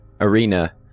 Arena